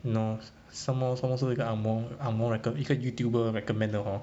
!hannor! some more some more 是一个 ang moh ang moh reco~ 一个 youtuber recommend 的 hor